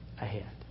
ahead